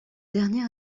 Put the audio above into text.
dernier